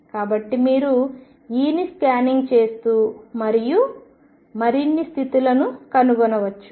కాబట్టి మీరు E ని స్కానింగ్ చేస్తూ మరియు మరిన్ని స్థితులను కనుగొనవచ్చు